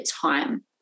time